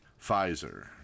Pfizer